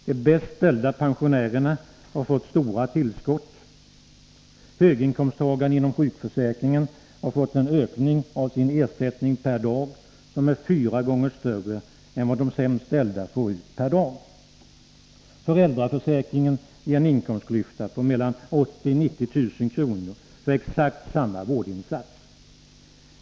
De bäst ställda pensionärerna har fått stora tillskott. Höginkomsttagarna inom sjukförsäkringen har fått en ökning av sin ersättning per dag som är fyra gånger större än vad de sämst ställda får ut per dag. Föräldraförsäkringen ger en inkomstklyfta på 80 000 — 90 000 kr. för exakt samma vårdinsats.